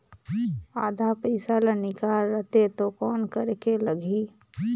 आधा पइसा ला निकाल रतें तो कौन करेके लगही?